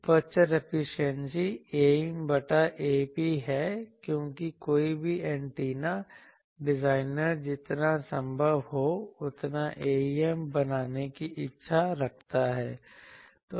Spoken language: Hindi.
एपर्चर एफिशिएंसी Aem बटा Ap है क्योंकि कोई भी एंटीना डिजाइनर जितना संभव हो उतना Aem बनाने की इच्छा रखता है